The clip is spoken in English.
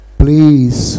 please